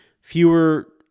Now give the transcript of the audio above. fewer